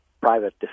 private